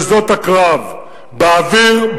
באוויר,